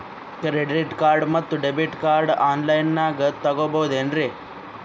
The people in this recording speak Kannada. ಕ್ರೆಡಿಟ್ ಕಾರ್ಡ್ ಮತ್ತು ಡೆಬಿಟ್ ಕಾರ್ಡ್ ಆನ್ ಲೈನಾಗ್ ತಗೋಬಹುದೇನ್ರಿ?